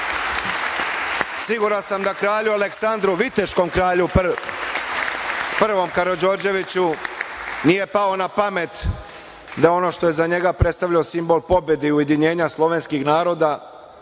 Siguran sam da kralju Aleksandru, viteškom kralju Prvom Karađorđeviću nije palo na pamet da ono što je za njega predstavljao simbol pobede i ujedinjenja slovenskih naroda